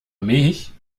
mich